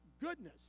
goodness